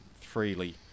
freely